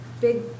big